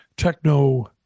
Techno